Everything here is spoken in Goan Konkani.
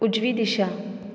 उजवी दिशा